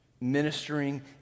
ministering